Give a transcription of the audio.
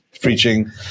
preaching